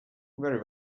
very